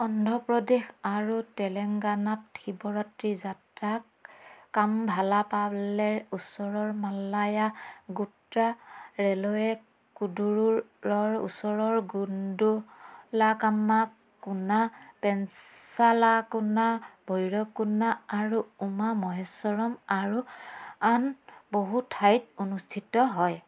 অন্ধ্ৰপ্ৰদেশ আৰু তেলেংগানাত শিৱৰাত্ৰী যাত্ৰাত কাম ভাল্লাপাল্লেৰ ওচৰৰ মাল্লায়া গোত্ৰা ৰেলৱেক কোডোৰোৰৰ ওচৰৰ গোন্ডো লা কামাক কোন্না পেনচালা কোন্না বৈৰৱ কোন্না আৰু উমা মহেছৰম আৰু আন বহু ঠাইত অনুষ্ঠিত হয়